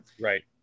right